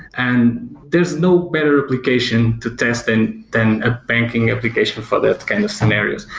and there's no better application to test and than a banking application for for that kind of scenario,